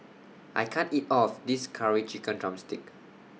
I can't eat All of This Curry Chicken Drumstick